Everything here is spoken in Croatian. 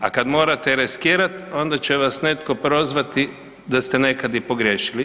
A kada morate reskirat onda će vas netko prozvati da ste nekada i pogriješili.